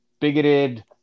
bigoted